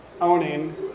owning